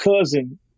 cousin